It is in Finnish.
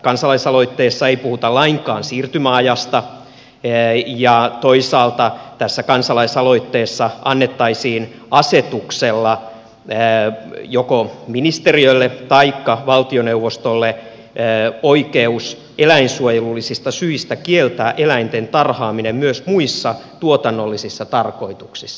kansalaisaloitteessa ei puhuta lainkaan siirtymäajasta ja toisaalta tässä kansalaisaloitteessa annettaisiin asetuksella joko ministeriölle taikka valtioneuvostolle oikeus eläinsuojelullisista syistä kieltää eläinten tarhaaminen myös muissa tuotannollisissa tarkoituksissa